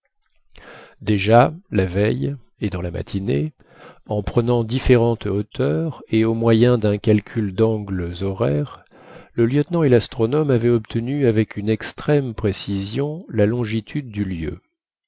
déjà la veille et dans la matinée en prenant différentes hauteurs et au moyen d'un calcul d'angles horaires le lieutenant et l'astronome avaient obtenu avec une extrême précision la longitude du lieu